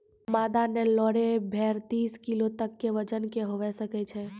मादा नेल्लोरे भेड़ तीस किलो तक के वजनो के हुए सकै छै